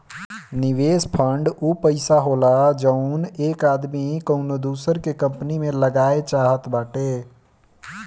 निवेस फ़ंड ऊ पइसा होला जउन एक आदमी कउनो दूसर की कंपनी मे लगाए चाहत बाटे